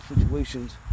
situations